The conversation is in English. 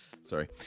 Sorry